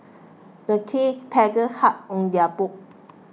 the team paddled hard on their boat